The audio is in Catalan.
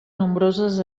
nombroses